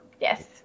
Yes